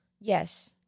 Yes